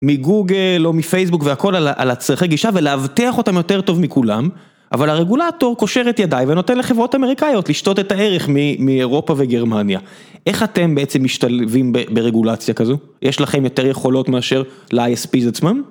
מגוגל או מפייסבוק והכל על הצרכי גישה ולאבטח אותם יותר טוב מכולם, אבל הרגולטור קושר את ידיי ונותן לחברות אמריקאיות לשתות את הערך מאירופה וגרמניה. איך אתם בעצם משתלבים ברגולציה כזו? יש לכם יותר יכולות מאשר ל-ISPs עצמם?